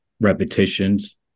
repetitions